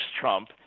Trump